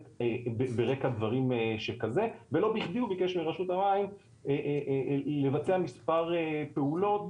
ברקע דברים שכזה ולא בכדי הוא ביקש מרשות המים לבצע מספר פעולות